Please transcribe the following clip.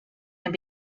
and